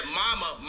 mama